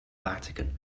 vatican